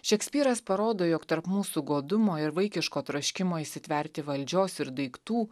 šekspyras parodo jog tarp mūsų godumo ir vaikiško troškimo įsitverti valdžios ir daiktų